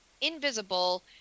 invisible